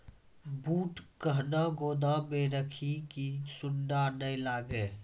बूट कहना गोदाम मे रखिए की सुंडा नए लागे?